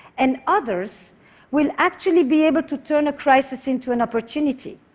and others will actually be able to turn a crisis into an opportunity.